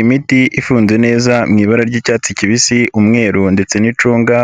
Imiti ifunze neza mu ibara ry'icyatsi kibisi, umweru ndetse n'icunga